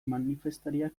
manifestariak